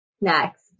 next